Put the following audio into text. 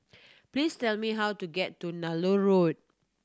please tell me how to get to Nallur Road